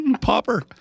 Popper